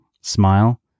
Smile